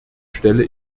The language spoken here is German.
stelle